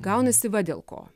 gaunasi va dėl ko